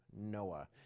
Noah